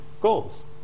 goals